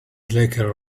slacker